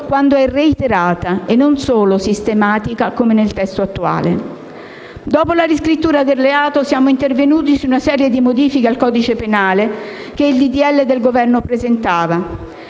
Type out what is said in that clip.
quando è reiterata e non solo sistematica come nel testo attuale. Dopo la riscrittura del reato, siamo intervenuti su una serie di modifiche al codice penale che il disegno di legge del Governo presentava.